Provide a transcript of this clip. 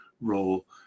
role